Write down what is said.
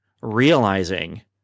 realizing